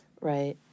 right